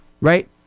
Right